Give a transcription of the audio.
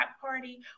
party